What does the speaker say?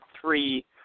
three